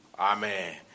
Amen